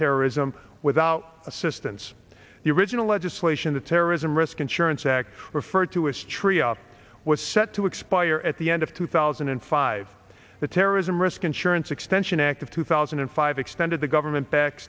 terrorism without assistance the original legislation the terrorism risk insurance act referred to astraea was set to expire at the end of two thousand and five the terrorism risk insurance extension act of two thousand and five extended the government